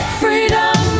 freedom